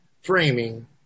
framing